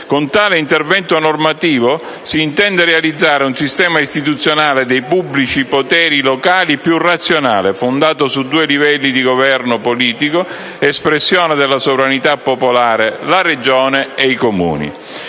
Con tale intervento normativo si intende realizzare un sistema istituzionale dei pubblici poteri locali più razionale, fondato su due livelli di governo politico, espressione della sovranità popolare: la Regione e i Comuni.